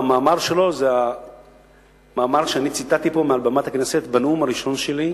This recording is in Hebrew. זה מאמר שלו שאני ציטטתי פה מעל במת הכנסת בנאום הראשון שלי,